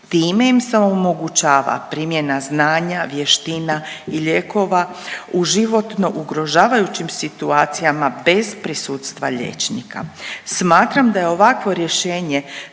Time im se omogućava primjena znanja, vještina i lijekova u životno ugrožavajućim situacijama bez prisustva liječnika. Smatram da je ovakvo rješenje